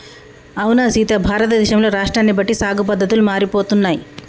అవునా సీత భారతదేశంలో రాష్ట్రాన్ని బట్టి సాగు పద్దతులు మారిపోతున్నాయి